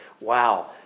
Wow